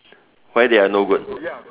why they are no good